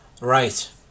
Right